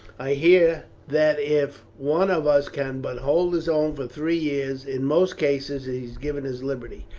i hear that if one of us can but hold his own for three years, in most cases he is given his liberty.